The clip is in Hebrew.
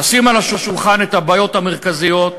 לשים על השולחן את הבעיות המרכזיות,